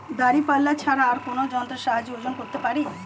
দাঁড়িপাল্লা ছাড়া আর কোন যন্ত্রের সাহায্যে ওজন করতে পারি?